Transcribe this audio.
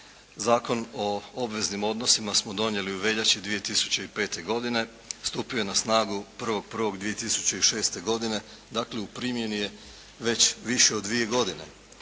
Zakon o obveznim odnosima smo donijeli u veljači 2005. godine. Stupio je na snagu 1.1.2006. godine. Dakle, u primjeni je već više od dvije godine.